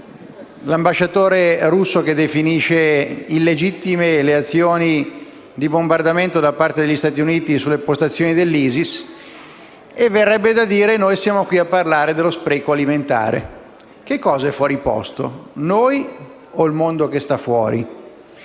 l'ambasciatore russo definisce illegittime le azioni di bombardamento degli Stati Uniti sulle postazioni dell'ISIS. Noi, invece, siamo qui a parlare dello spreco alimentare. Cosa è fuori posto? Noi o il mondo che sta fuori?